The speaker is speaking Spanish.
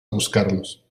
buscarlos